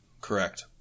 Correct